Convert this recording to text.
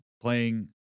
playing